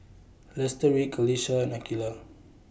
Lestari Qalisha and Aqilah